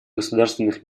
государственных